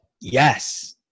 yes